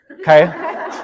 okay